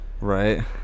Right